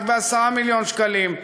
רק ב-10 מיליון שקלים.